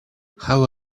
how